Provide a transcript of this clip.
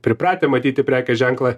pripratę matyti prekės ženklą